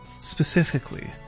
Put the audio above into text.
specifically